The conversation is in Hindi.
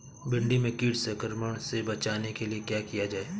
भिंडी में कीट संक्रमण से बचाने के लिए क्या किया जाए?